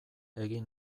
egin